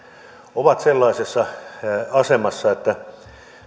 ovat sellaisessa asemassa että